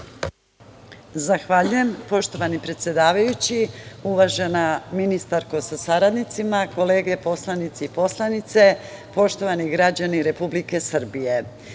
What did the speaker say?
Zahvaljujem. Poštovani predsedavajući, uvažena ministarsko sa saradnicima, kolege poslanici i poslanice, poštovani građani Republike Srbije,